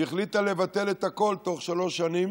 והחליטה לבטל את הכול תוך שלוש שנים.